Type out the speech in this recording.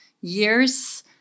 years